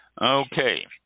okay